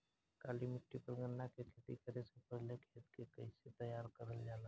काली मिट्टी पर गन्ना के खेती करे से पहले खेत के कइसे तैयार करल जाला?